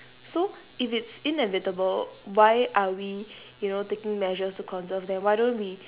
so if it's inevitable why are we you know taking measures to conserve them why don't we